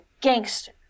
gangster